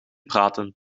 praten